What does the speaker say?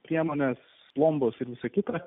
priemonės plombos ir visa kita